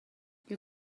you